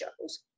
shows